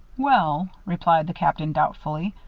well, replied the captain, doubtfully,